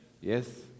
Yes